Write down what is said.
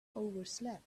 overslept